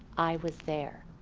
i was there.